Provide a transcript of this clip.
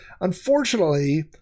Unfortunately